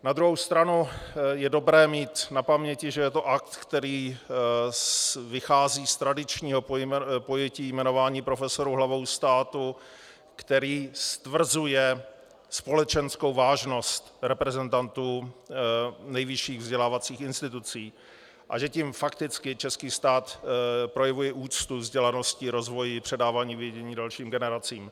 Na druhou stranu je dobré mít na paměti, že je to akt, který vychází z tradičního pojetí jmenování profesorů hlavou státu, který stvrzuje společenskou vážnost reprezentantů nejvyšších vzdělávacích institucí, a že tím fakticky český stát projevuje úctu vzdělanosti, rozvoji, předávání vědění dalším generacím.